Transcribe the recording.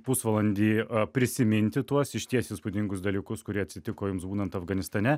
pusvalandį prisiminti tuos išties įspūdingus dalykus kurie atsitiko jums būnant afganistane